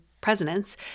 presidents